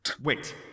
Wait